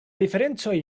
diferencoj